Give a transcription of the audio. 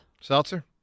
Seltzer